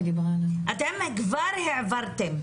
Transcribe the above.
אתם כבר העברתם.